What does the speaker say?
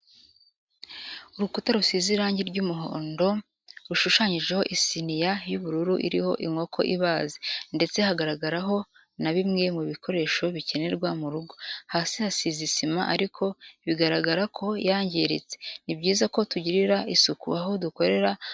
Urukuta rusize irangi ry'umuhondo rushushanyijeho isiniya y'ubururu iriho inkoko ibaze, ndetse hagaragaraho na bimwe mu bikoresho bikenerwa mu rugo, hasi hasize isima ariko bigaragara ko yangiritse, ni byiza ko tugirira isuku aho dukorera hagahora hasa neza.